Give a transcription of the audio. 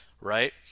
right